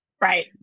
Right